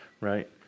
right